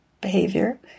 behavior